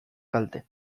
kalte